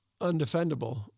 undefendable